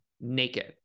naked